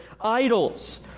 idols